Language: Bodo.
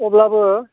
अब्लाबो